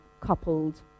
coupled